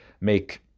make